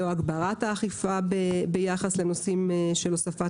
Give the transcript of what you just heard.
הגברת האכיפה ביחס לנושאים של הוספת